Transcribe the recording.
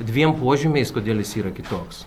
dviem požymiais kodėl jis yra kitoks